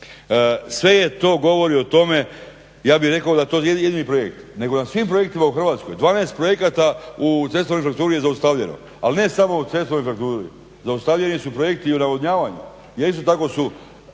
Sve to govori o tome, ja bih rekao da je to jedini projekt, nego na svim projektima u Hrvatskoj. 12 projekata u cestovnoj infrastrukturi je zaustavljeno, ali ne samo u cestovnoj infrastrukturi. Zaustavljeni su projekti i u navodnjavanju. Isto tako su